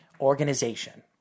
organization